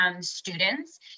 students